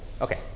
Okay